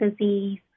disease